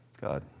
God